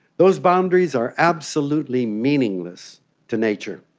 those boundaries are absolutely meaningless to nature.